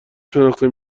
شناخته